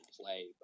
play